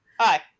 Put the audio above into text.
Hi